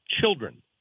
children